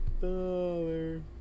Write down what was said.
Dollar